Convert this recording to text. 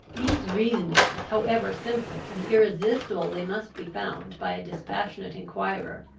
these reasonings, however simple and irresistible they must be found by a dispassionate enquirer,